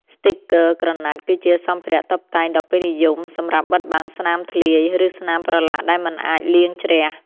ស្ទីគ័រក្រណាត់ គឺជាសម្ភារៈតុបតែងដ៏ពេញនិយមសម្រាប់បិទបាំងស្នាមធ្លាយ ឬស្នាមប្រឡាក់ដែលមិនអាចលាងជ្រះ។